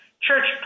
Church